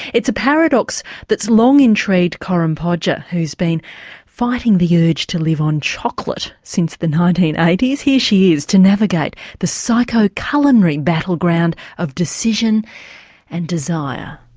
it's a paradox that's long intrigued corinne podger, who's been fighting the urge to live on chocolate since the nineteen eighty s. here she is to navigate the psycho culinary battleground of decision and desire.